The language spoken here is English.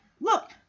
look